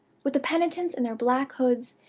with the penitents in their black hoods,